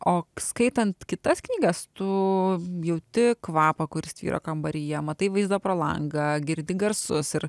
o skaitant kitas knygas tu jauti kvapą kuris tvyro kambaryje matai vaizdą pro langą girdi garsus ir